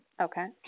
Okay